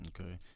Okay